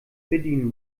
bedienen